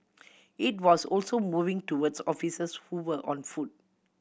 it was also moving towards officers who were on foot